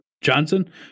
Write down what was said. Johnson